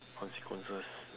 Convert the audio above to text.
consequences